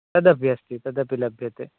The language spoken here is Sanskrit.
तदपि अस्ति तदपि लभ्यते